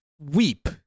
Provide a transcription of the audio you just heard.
weep